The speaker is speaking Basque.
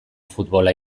futbola